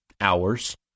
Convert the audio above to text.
hours